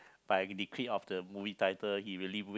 but if we liquid off the movie title he really wake